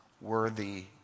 worthy